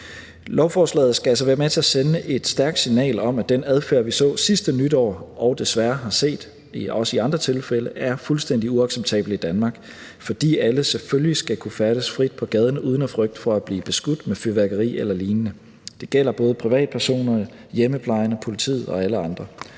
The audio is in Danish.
Lovforslaget skal altså være med til at sende et stærkt signal om, at den adfærd, vi så sidste nytår og desværre har set også i andre tilfælde, er fuldstændig uacceptabel i Danmark, fordi alle selvfølgelig skal kunne færdes frit på gaden uden frygt for at blive beskudt med fyrværkeri eller lignende. Det gælder både privatpersoner, hjemmeplejen, politi og alle andre.